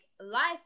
life